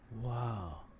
Wow